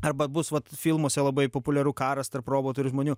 arba bus vat filmuose labai populiaru karas tarp robotų ir žmonių